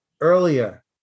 earlier